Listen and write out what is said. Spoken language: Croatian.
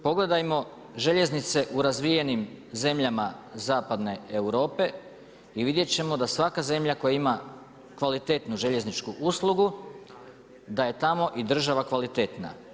Pogledajmo željeznice u razvijenim zemljama Zapadne Europe i vidjet ćemo da svaka zemlja koja ima kvalitetnu željezničku uslugu da je tamo i država kvalitetna.